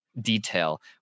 detail